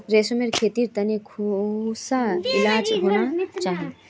रेशमेर खेतीर तने सुखा इलाका होना चाहिए